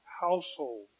household